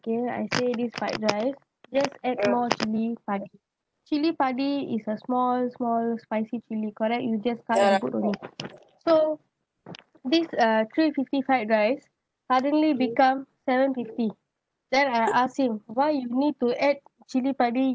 okay I say this fried rice just add more chilli padi chilli padi is a small small spicy chili correct you just cut and put only so this uh three fifty fried rice suddenly become seven fifty then I ask him why you need to add chili